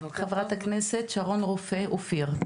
חברת הכנסת שרון רופא אופיר.